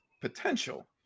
potential